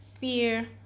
fear